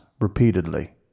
repeatedly